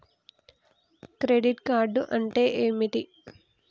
Credit card అంటే ఏమిటి?